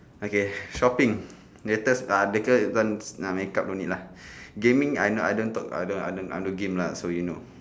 okay shopping latest ah latest even uh makeup no need lah gaming I not I don't talk I don't I don't game lah so you know